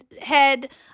head